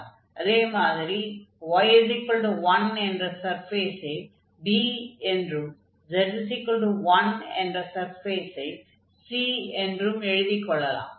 அதே மாதிரி y1 என்ற சர்ஃபேஸை B என்றும் z1 என்ற சர்ஃபேஸை C என்றும் எழுதிக் கொள்ளலாம்